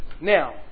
Now